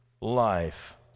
life